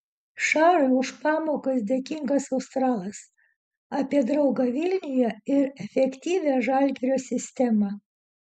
šarui už pamokas dėkingas australas apie draugą vilniuje ir efektyvią žalgirio sistemą